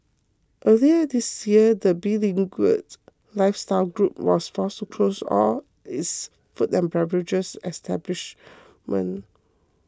earlier this year the beleaguered lifestyle group was forced to close all its food and beverage establishments